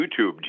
YouTube